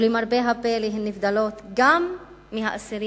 ולמרבה הפלא הן נבדלות גם מהאסירים